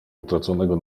utraconego